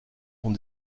ont